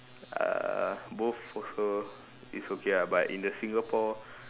uh both also it's okay ah but in the Singapore